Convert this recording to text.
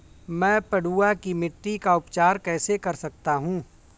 मैं पडुआ की मिट्टी का उपचार कैसे कर सकता हूँ?